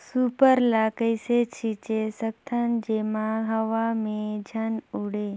Super ल कइसे छीचे सकथन जेमा हवा मे झन उड़े?